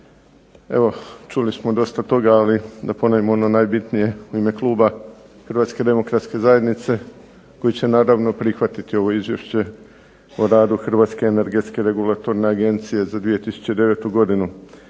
Evo čuli smo dosta toga, ali da ponovimo ono najbitnije u ime kluba Hrvatske demokratske zajednice, koji će naravno prihvatiti ovo izvješće o radu Hrvatske energetske regulatorne agencije za 2009. godinu.